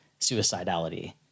suicidality